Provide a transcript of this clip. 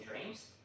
dreams